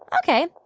ok,